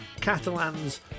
Catalan's